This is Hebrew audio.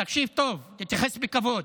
תקשיב טוב, תתייחס בכבוד,